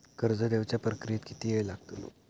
कर्ज देवच्या प्रक्रियेत किती येळ लागतलो?